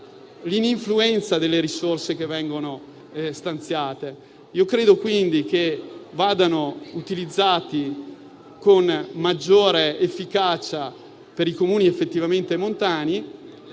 l'ininfluenza delle risorse che vengono stanziate. Credo quindi che vadano utilizzate con maggiore efficacia per i Comuni effettivamente montani